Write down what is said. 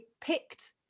picked